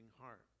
heart